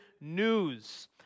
news